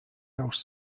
house